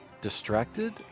distracted